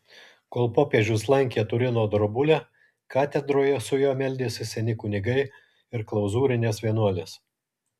kol popiežius lankė turino drobulę katedroje su juo meldėsi seni kunigai ir klauzūrinės vienuolės